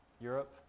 Europe